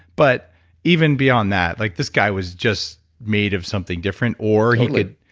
but even beyond that, like this guy was just made of something different or he could,